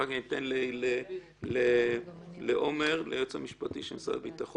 אני רק אתן לעומר, ליועץ המשפטי של משרד הביטחון.